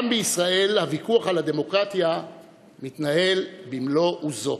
גם בישראל הוויכוח על הדמוקרטיה מתנהל במלוא עוזו.